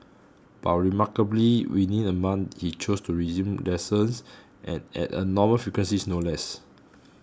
but remarkably within a month he chose to resume lessons and at a normal frequencies no less